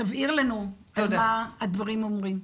שתבהיר לנו במה דברים אמורים.